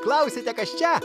klausiate kas čia